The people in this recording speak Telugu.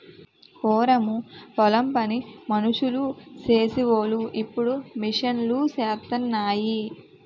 పూరము పొలం పని మనుసులు సేసి వోలు ఇప్పుడు మిషన్ లూసేత్తన్నాయి